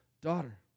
daughter